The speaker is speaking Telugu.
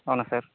అవునా సార్